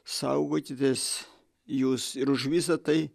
saugokitės jūs ir už visa tai